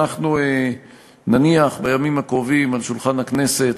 אנחנו נניח בימים הקרובים על שולחן הכנסת